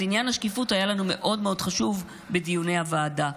אז עניין השקיפות היה לנו מאוד מאוד חשוב בדיוני הוועדה.